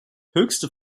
höchste